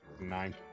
nine